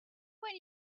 when